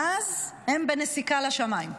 מאז הם בנסיקה לשמיים.